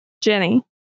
Jenny